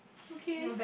okay